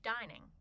dining